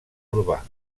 urbà